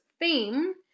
theme